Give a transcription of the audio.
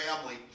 family